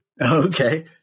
Okay